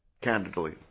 candidly